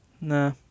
Nah